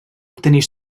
obtenir